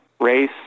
race